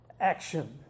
action